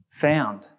found